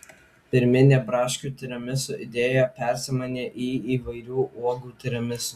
pirminė braškių tiramisu idėja persimainė į įvairių uogų tiramisu